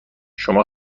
شما